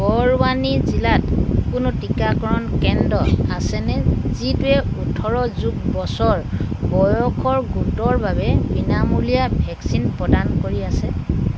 বৰৱানী জিলাত কোনো টীকাকৰণ কেন্দ্ৰ আছেনে যিটোৱে ওঠৰ যোগ বছৰ বয়সৰ গোটৰ বাবে বিনামূলীয়া ভেকচিন প্ৰদান কৰি আছে